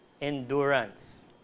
endurance